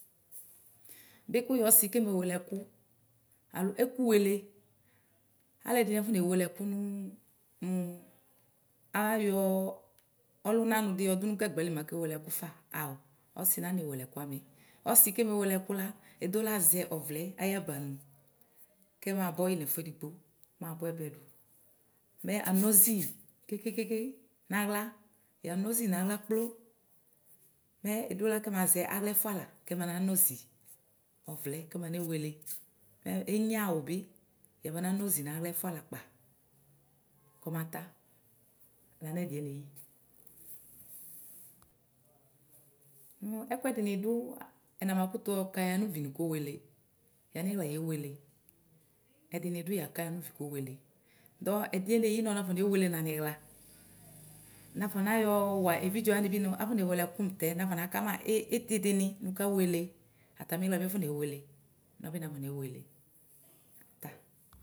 Bɩ kʋ yɛ ɔsi keme wele ekʋ alo ɛiʋ wele alʋ ɛdini akɔne wele ɛiʋ mʋ ayɔ ɔlʋna nʋdi yɔdʋ nʋ gagbali mɛ akewele ɛkʋfa ao ɔsi nanewele ɛkʋ amɛ ɔsi kemewele ɛkʋ la edola zɛ ɔvlɛ ayabanʋ kɛmabɔyi nʋ ɛfʋ edigbo mabʋa ɛbɛdʋ mɛ anɔzi yi kekeke nʋ aɣla yanɔzi naɣla kplo mɛ edola kɛmazɛ nʋ aɣla ɛfʋa la kɛmana nɔzi ɔvlɛ kɛmanewele enye awʋ bɩ yabana nɔzi naɣla ɛfʋa la kpaa kɔmata lanʋ ɛdiɛ neyi. Mʋ ɛkʋ ɛdini dʋ ɛmakʋtʋ yɔka anʋvi nʋ kowele. Yaniɣla yewele ɛdini dʋ yaka yanʋvi kowele dɔ ɛdiɛ neyi nɔ nafonewele naniɣla nafanayɔwa evidze wani bɩ nʋ afɔnewele ɛkʋ mʋtɛ nafɔnakama itidini nʋ kawele atamiɣla bi akɔnewele nɔbi nafɔ newele ata